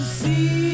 see